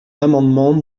l’amendement